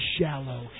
shallow